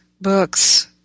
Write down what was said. books